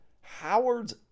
Howard's